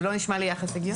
זה לא נשמע לי יחס הגיוני.